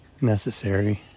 necessary